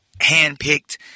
handpicked